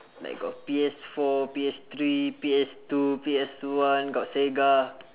like got P_S four P_S three P_S two P_S one got sega